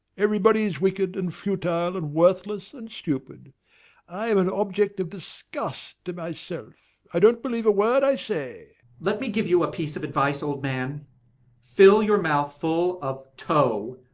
everybody is wicked and futile and worthless and stupid i am an object of disgust to myself, i don't believe a word i say let me give you a piece of advice, old man fill your mouth full of tow,